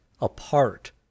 apart